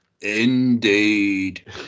indeed